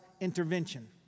intervention